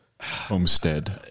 Homestead